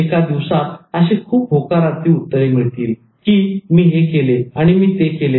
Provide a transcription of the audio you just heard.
एका दिवसात असे खुप होकारार्थी उत्तरे मिळतील की मी हे केले आणि मी ते केले नाही